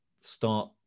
start